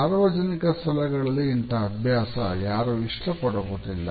ಸಾರ್ವಜನಿಕ ಸ್ಥಳಗಳಲ್ಲಿ ಇಂತಹ ಅಭ್ಯಾಸ ಯಾರು ಇಷ್ಟಪಡುವುದಿಲ್ಲ